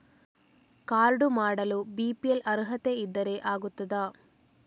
Card ಮಾಡಲು BPL ಅರ್ಹತೆ ಇದ್ದರೆ ಆಗುತ್ತದ?